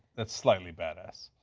that's slightly badass.